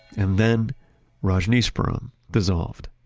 and then rajneeshpuram dissolved